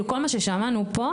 כאילו כל מה ששמענו פה,